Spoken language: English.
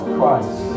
Christ